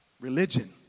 religion